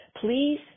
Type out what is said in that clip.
please